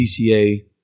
PCA